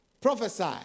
prophesy